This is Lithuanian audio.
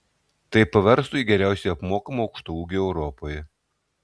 tai paverstų jį geriausiai apmokamu aukštaūgiu europoje